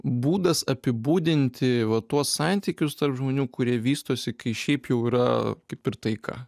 būdas apibūdinti va tuos santykius tarp žmonių kurie vystosi kai šiaip jau yra kaip ir taika